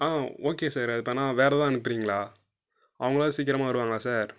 ஆ okay sir அதுபேர்ன்னா வேற எதாவது அனுப்புறீங்களா அவங்களாவது சீக்கிரமாக வருவாங்களா சார்